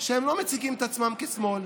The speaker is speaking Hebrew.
שלא מציגים את עצמם כשמאל,